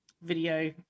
video